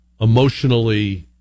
emotionally